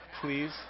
please